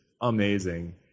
amazing